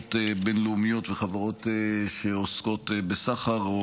חברות בין-לאומיות וחברות שעוסקות בסחר או